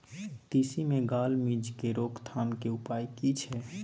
तिसी मे gall midge के रोकथाम के उपाय की छै?